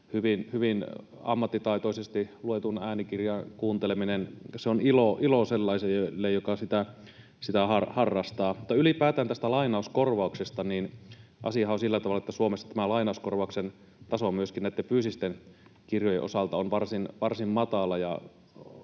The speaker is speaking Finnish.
Hyvin ammattitaitoisesti luetun äänikirjan kuunteleminen on ilo sellaiselle, joka sitä harrastaa. Mutta ylipäätään tästä lainauskorvauksesta. Asiahan on sillä tavalla, että Suomessa tämä lainauskorvauksen taso myöskin näitten fyysisten kirjojen osalta on varsin matala.